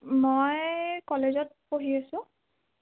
মই কলেজত পঢ়ি আছোঁ